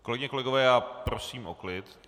Kolegyně, kolegové, já prosím o klid.